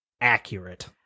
accurate